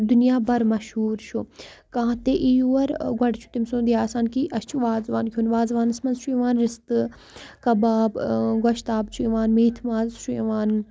دُنیا بھر مشہوٗر چھُ کانٛہہ تہِ یی یور گۄڈٕ چھُ تٔمۍ سُنٛد یہِ آسان کہِ اَسہِ چھُ وازوان کھیٚون وازوانَس منٛز چھُ یِوان رِستہٕ کَباب گۄشتاب چھُ یِوان میتھِ ماز چھُ یِوان